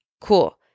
Cool